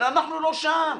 אבל אנחנו לא שם.